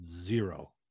zero